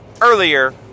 earlier